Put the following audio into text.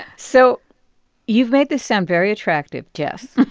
so you've made this sound very attractive, jess,